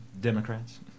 Democrats